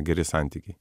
geri santykiai